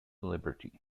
liberty